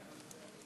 בבקשה.